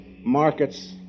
markets